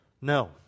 No